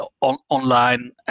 online